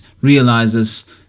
realizes